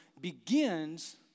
begins